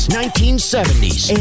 1970s